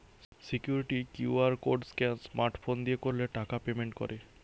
security QR code scan smart phone দিয়ে করলে টাকা পেমেন্ট করে